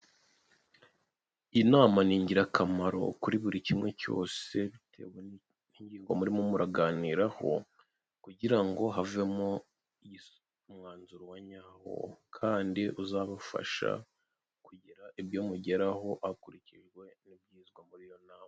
Inama n’ingirakamaro kuri buri kimwe cyose bitewe ni ngingo murimo muraganiraho kugira ngo havemo umwanzuro wa nyawo kandi uzabafasha kugira ibyo mugeraho hakurikijwe ibyizwe muri iyo nama.